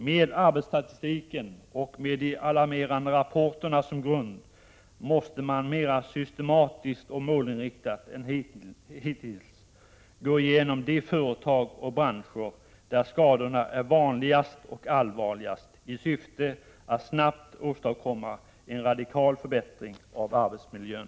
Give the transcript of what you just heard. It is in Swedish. Med arbetsskadestatistiken och de alarmerande rapporterna som grund måste man mer systematiskt och målinriktat än hittills gå igenom de företag och branscher där skadorna är vanligast och allvarligast i syfte att snabbt åstadkomma en radikal förbättring av arbetsmiljön.